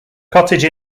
cottage